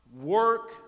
work